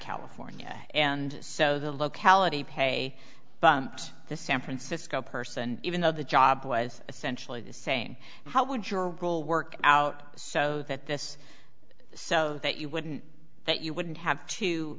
california and so the locality pay bumps the san francisco person even though the job was essentially the same how would your role work out so that this so that you wouldn't that you wouldn't have to